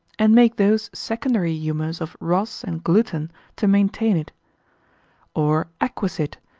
and make those secondary humours of ros and gluten to maintain it or acquisite,